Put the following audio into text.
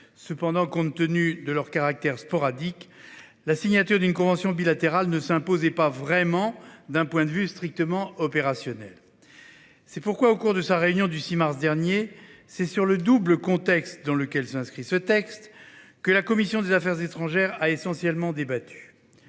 Cependant, compte tenu de leur caractère sporadique, la signature d’une convention bilatérale ne s’imposait pas vraiment d’un point de vue strictement opérationnel. C’est pourquoi, au cours de sa réunion du 6 mars dernier, c’est sur le double contexte dans lequel s’inscrit ce texte que la commission des affaires étrangères a essentiellement débattu